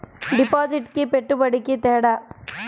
డిపాజిట్కి పెట్టుబడికి తేడా?